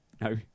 No